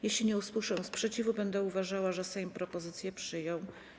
Jeśli nie usłyszę sprzeciwu, będę uważała, że Sejm propozycję przyjął.